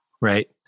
right